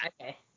Okay